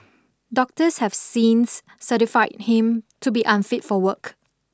doctors have since certified him to be unfit for work